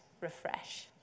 refresh